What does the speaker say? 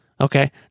Okay